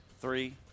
three